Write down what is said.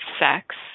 sex